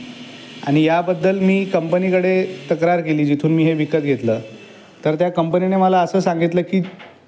मी कंपनीकडे तक्रार केली जिथून मी हे विकत घेतलं तर त्या कंपनीने मला असं सांगितलं की